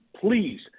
please